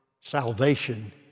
salvation